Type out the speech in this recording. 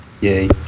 Yay